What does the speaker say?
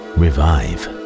revive